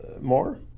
more